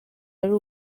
ari